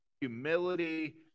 humility